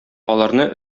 аларны